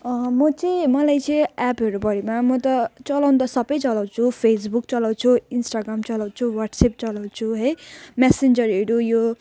म चाहिँ मलाई चाहिँ एपहरूभरिमा म त चलाउनु त सबै चलाउँछु फेसबुक चलाउँछु इन्स्टाग्राम चलाउँछु वाट्सएप चलाउँछु है मेसेन्जरहरू यो